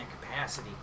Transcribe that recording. capacity